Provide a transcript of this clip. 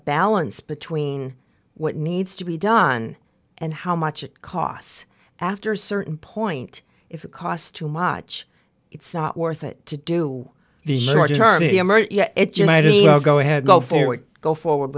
balance between what needs to be done and how much it costs after a certain point if it costs too much it's not worth it to do the it just go ahead go forward go forward